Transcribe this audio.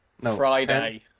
Friday